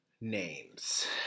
Names